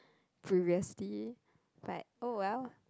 previously what oh well